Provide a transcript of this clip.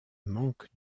manquent